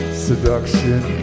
seduction